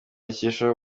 akesha